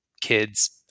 kids